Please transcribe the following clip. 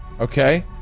Okay